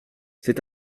c’est